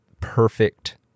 perfect